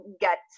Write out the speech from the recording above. get